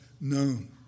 known